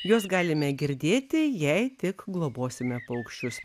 juos galime girdėti jei tik globosime paukščius